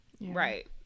Right